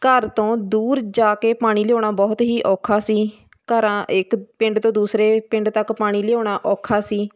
ਘਰ ਤੋਂ ਦੂਰ ਜਾ ਕੇ ਪਾਣੀ ਲਿਆਉਣਾ ਬਹੁਤ ਹੀ ਔਖਾ ਸੀ ਘਰ ਇੱਕ ਪਿੰਡ ਤੋਂ ਦੂਸਰੇ ਪਿੰਡ ਤੱਕ ਪਾਣੀ ਲਿਆਉਣਾ ਔਖਾ ਸੀ